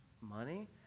Money